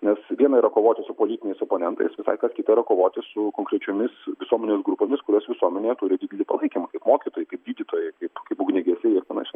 nes viena yra kovoti su politiniais oponentais visai kas kita yra kovoti su konkrečiomis visuomenės grupėmis kurios visuomenėje turi didelį palaikymą kaip mokytojai kaip gydytojai kaip kaip ugniagesiai ir panašiai